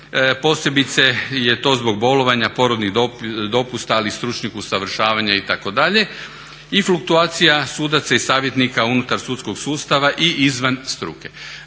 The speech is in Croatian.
Posebice je to zbog bolovanja, porodnih dopusta, ali i stručnih usavršavanja itd. i fluktuacija sudaca i savjetnika unutar sudskog sustava i izvan struke.